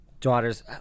daughter's